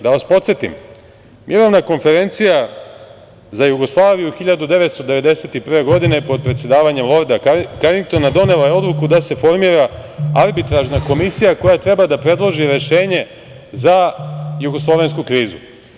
Da vas podsetim, mirovna konferencija za Jugoslaviju 1991. godine, pod predsedavanja Lorda Karingtona donela je odluku da se formira arbitražna komisija koja treba da predloži rešenje za jugoslovensku krizu.